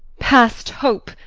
past hope,